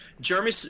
Jeremy